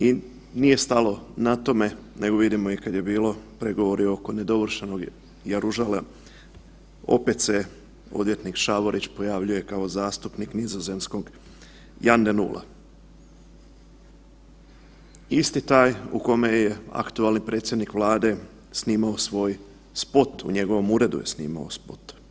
I nije stalo na tome nego vidimo i kad je bilo pregovori oko nedovršenog jaružala opet se odvjetnik Šavorić pojavljuje kao zastupnik nizozemskog Jan De Nul, isti taj u kome je aktualni predsjednik Vlade snimao svoj spot, u njegovom uredu je snimao spot.